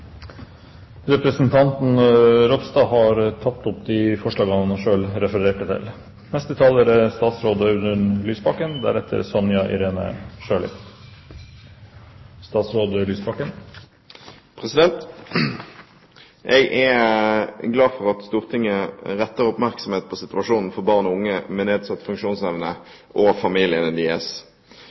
Representanten Kjell Ingolf Ropstad har tatt opp de forslagene han refererte til. Jeg er glad for at Stortinget retter oppmerksomheten mot situasjonen for barn og unge med nedsatt funksjonsevne og